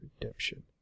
Redemption